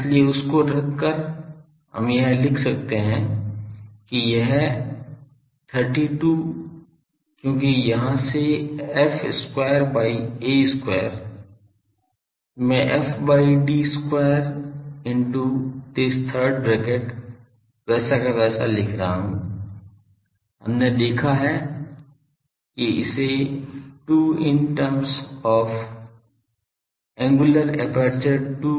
इसलिए उसको रखकर हम यह लिख सकते हैं कि यह 32 क्योंकि यहाँ से f square by a square मैं f by d square into this third bracket वैसा का वैसा लिख सकता हूँ हमने देखा है की इसे 2 in terms of the angular aperture 2